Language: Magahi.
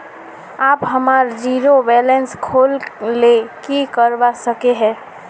आप हमार जीरो बैलेंस खोल ले की करवा सके है?